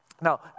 Now